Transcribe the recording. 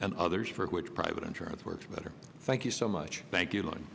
and others for which private insurance works better thank you so much thank you